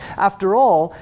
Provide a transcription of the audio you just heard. after all,